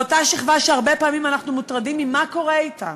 לאותה שכבה שהרבה פעמים אנחנו מוטרדים ממה קורה אתה,